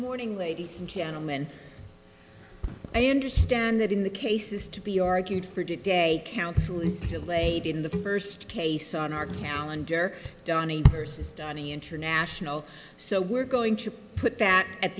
morning ladies and gentleman i understand that in the cases to be argued for to date counsel is delayed in the first case on our calendar versus danny international so we're going to put that at